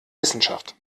wissenschaft